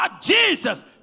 Jesus